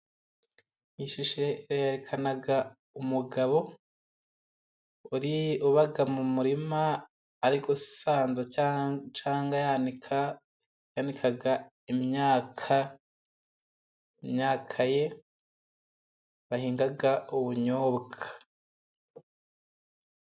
Ishusho yerekana umugabo uri mu murima, ari gusanza cyangwa yanika imyaka ye, bahinga ubunyobwa.